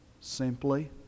simply